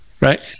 Right